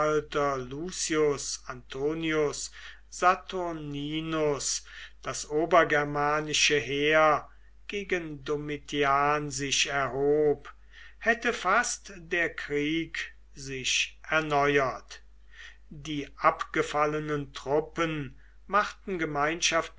antonius saturninus das obergermanische heer gegen domitian sich erhob hätte fast der krieg sich erneuert die abgefallenen truppen machten gemeinschaftliche